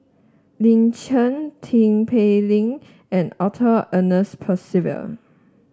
Lin Chen Tin Pei Ling and Arthur Ernest Percival